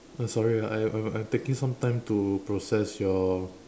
oh sorry ah I I'm taking some time to process your